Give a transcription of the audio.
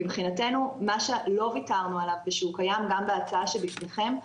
מבחינתנו מה שלא וויתרנו עליו ושהוא קיים גם בהצעה שלפניכם,